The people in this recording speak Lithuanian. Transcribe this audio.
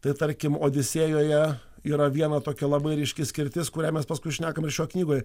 tai tarkim odisėjoje yra viena tokia labai ryški skirtis kurią mes paskui šnekam ir šioj knygoj